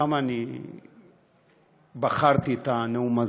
למה בחרתי את הנאום הזה?